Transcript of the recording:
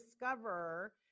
discover